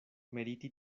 meriti